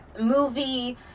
movie